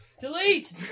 Delete